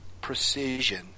precision